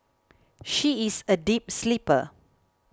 she is a deep sleeper